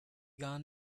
gar